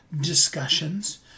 discussions